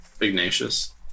Ignatius